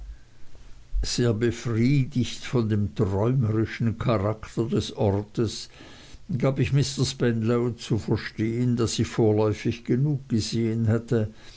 sehr befriedigt von dem träumerischen charakter des ortes gab ich mr spenlow zu verstehen daß ich vorläufig genug gesehen hätte